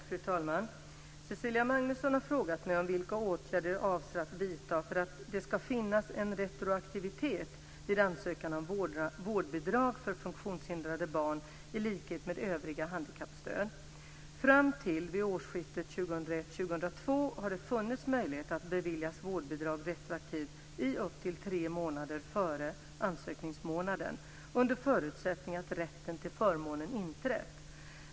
Fru talman! Cecilia Magnusson har frågat mig om vilka åtgärder jag avser att vidta för att det ska finnas en retroaktivitet vid ansökan om vårdbidrag för funktionshindrade barn i likhet med övriga handikappstöd. Fram till årsskiftet 2001/2002 har det funnits möjlighet att beviljas vårdbidrag retroaktivt i upp till tre månader före ansökningsmånaden, under förutsättning att rätten till förmånen inträtt.